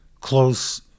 close